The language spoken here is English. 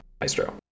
maestro